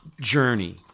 journey